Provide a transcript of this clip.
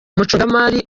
umucungamari